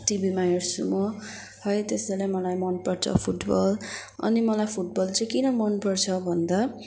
टिभीमा हेर्छु म है त्यसैले मलाई मनपर्छ फुटबल अनि मलाई फुटबल चाहिँ किन मनपर्छ भन्दा